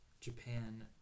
Japan